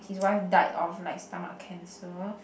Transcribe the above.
his wife died of like stomach cancer